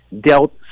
dealt